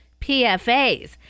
PFAs